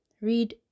Read